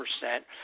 percent